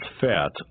fat